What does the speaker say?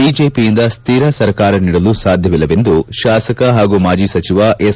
ಬಿಜೆಪಿಯಿಂದ ಸ್ವಿರ ಸರ್ಕಾರ ನೀಡಲು ಸಾಧ್ಯವಿಲ್ಲ ಎಂದು ಶಾಸಕ ಹಾಗೂ ಮಾಜಿ ಸಚಿವ ಎಸ್